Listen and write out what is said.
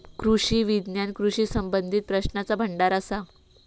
कृषी विज्ञान कृषी संबंधीत प्रश्नांचा भांडार असा